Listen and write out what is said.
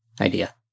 idea